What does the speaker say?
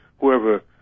whoever